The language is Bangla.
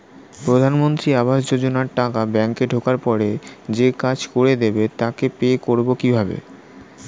প্রধানমন্ত্রী আবাস যোজনার টাকা ব্যাংকে ঢোকার পরে যে কাজ করে দেবে তাকে পে করব কিভাবে?